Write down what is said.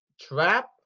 trap